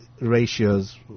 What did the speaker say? Ratios